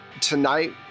tonight